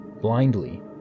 blindly